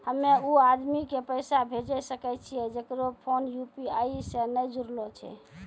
हम्मय उ आदमी के पैसा भेजै सकय छियै जेकरो फोन यु.पी.आई से नैय जूरलो छै?